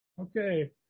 Okay